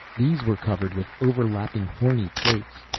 these were covered with overlapping horny plates.